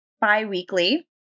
bi-weekly